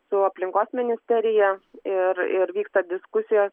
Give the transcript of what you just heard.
su aplinkos ministerija ir ir vyksta diskusijo